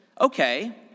okay